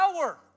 power